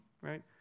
right